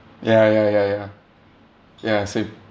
ya ya ya ya ya same